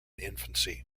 infancy